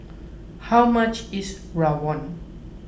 how much is Rawon